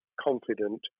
confident